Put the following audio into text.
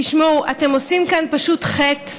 תשמעו, אתם עושים כאן פשוט חטא,